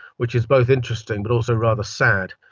which is both interesting but also rather sad.